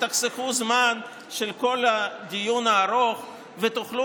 ותחסכו זמן של כל הדיון הארוך ותוכלו